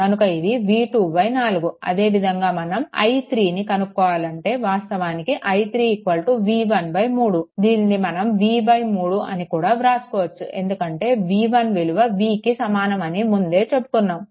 కనుక ఇది v2 4 అదేవిధంగా మనం i3ని కనుక్కోవాలి అంటే వాస్తవానికి i3 v1 3 దీనిని మనం v3 అని కూడా వ్రాసుకోవచ్చు ఎందుకంటే v1 విలువ v కి సమానం అని ముందే చెప్పుకున్నాము